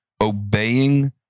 obeying